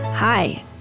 Hi